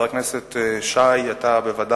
והוא יכול, זה לא נהוג.